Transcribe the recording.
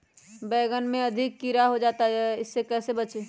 बैंगन में अधिक कीड़ा हो जाता हैं इससे कैसे बचे?